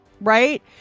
right